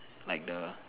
like the